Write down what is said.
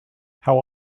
how